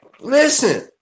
Listen